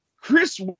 Chris